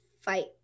fight